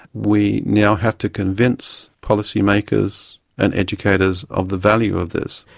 we now have to convince policymakers and educators of the value of this.